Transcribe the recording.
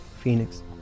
Phoenix